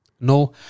No